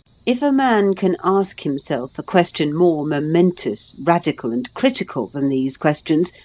if a man can ask himself a question more momentous, radical, and critical than these questions,